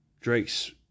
Drake's